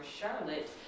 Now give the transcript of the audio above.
Charlotte